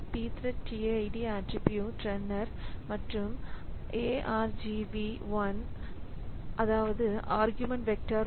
இந்த pthread tid attribute runner மற்றும் argv 1